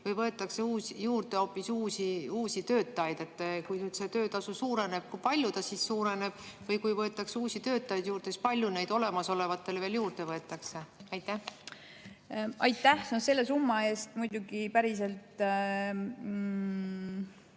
Või võetakse juurde hoopis uusi töötajaid? Kui nüüd see töötasu suureneb, kui palju ta siis suureneb? Või kui nüüd võetakse uusi töötajaid juurde, siis kui palju neid olemasolevatele veel juurde võetakse? Aitäh! No selle summa eest muidugi päriselt